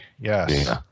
yes